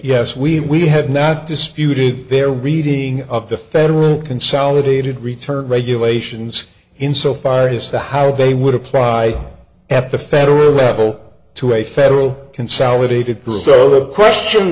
yes we have not disputed their reading of the federal consolidated return regulations in so far is that how they would apply at the federal level to a federal consolidated purcel the question